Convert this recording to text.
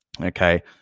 Okay